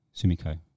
Sumiko